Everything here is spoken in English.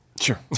Sure